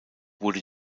wurde